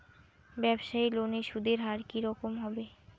ব্যবসায়ী লোনে সুদের হার কি রকম হবে?